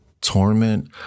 torment